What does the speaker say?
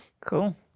Cool